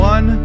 One